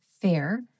Fair